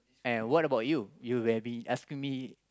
and what about you you have been asking me